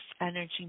energy